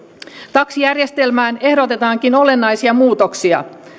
taksijärjestelmään ehdotetaankin olennaisia muutoksia